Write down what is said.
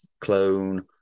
clone